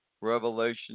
Revelation